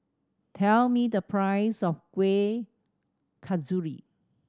tell me the price of Kueh Kasturi